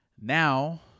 Now